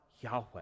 Yahweh